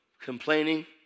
complaining